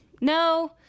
No